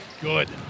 Good